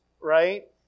right